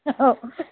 हो